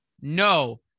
No